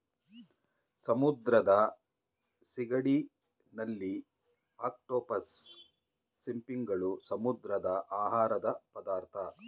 ಸಮುದ್ರದ ಸಿಗಡಿ, ನಳ್ಳಿ, ಅಕ್ಟೋಪಸ್, ಸಿಂಪಿಗಳು, ಸಮುದ್ರದ ಆಹಾರದ ಪದಾರ್ಥ